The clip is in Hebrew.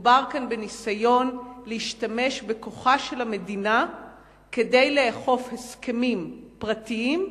מדובר כאן בניסיון להשתמש בכוחה של המדינה כדי לאכוף הסכמים פרטיים.